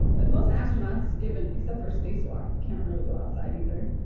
but most astronauts given except for a spacewalk, can't really go outside either.